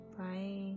Bye